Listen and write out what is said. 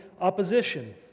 opposition